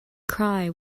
cry